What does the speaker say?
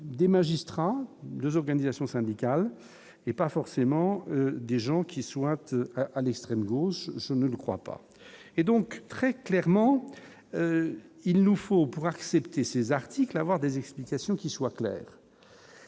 des magistrats, 2 organisations syndicales et pas forcément des gens qui souhaitent à l'extrême gauche, je ne crois pas, et donc, très clairement, il nous faut pour accepter ces articles, avoir des explications qui soient claires.